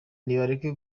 nibareke